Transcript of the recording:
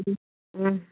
हूँ